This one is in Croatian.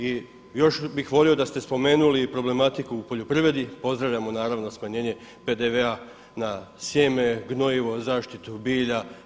I još bih volio da ste spomenuli i problematiku u poljoprivredi, pozdravljamo naravno smanjenje PDV-a na sjeme, gnojivo, zaštitu bilja.